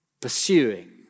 pursuing